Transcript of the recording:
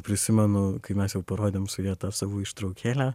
prisimenu kai mes jau parodėm su ja tą savo ištraukėlę